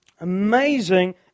Amazing